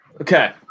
Okay